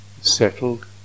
Settled